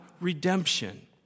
redemption